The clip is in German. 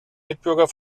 mitbürger